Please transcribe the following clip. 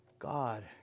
God